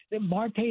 Marte